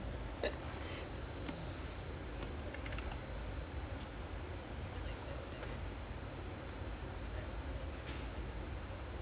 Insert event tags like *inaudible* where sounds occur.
இல்ல ஏன் தெரியும்மா:illa yaen theriyumaa like *noise* later ah ஆய்ட்டேன் அதுக்கு தான்:ayittaen athukku dhaan because like even like eleven thirty I don't mind but I mean I don't mind watching first half then see how lah